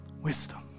Wisdom